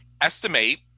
estimate